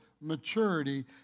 maturity